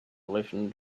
listen